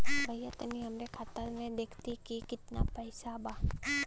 भईया तनि हमरे खाता में देखती की कितना पइसा बा?